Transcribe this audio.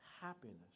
happiness